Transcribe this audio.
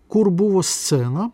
kur buvo scena